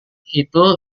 itu